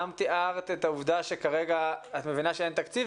גם תיארת את העובדה שכרגע את מבינה שאין תקציב,